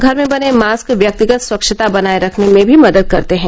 घर में बने मास्क व्यक्तिगत स्वच्छता बनाए रखने में भी मदद करते हैं